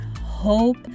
hope